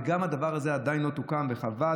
וגם הדבר הזה עדיין לא תוקן, וחבל.